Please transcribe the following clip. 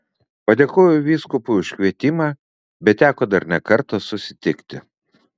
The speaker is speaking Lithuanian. padėkojau vyskupui už kvietimą bet teko dar ne kartą susitikti